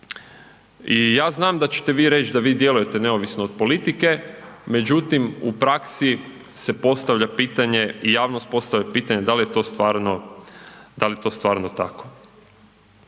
i ja znam da ćete vi reć' da vi djelujete neovisno od politike, međutim u praksi se postavlja pitanje i javnost postavlja pitanje da li je to stvarno, dal'